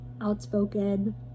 outspoken